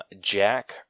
Jack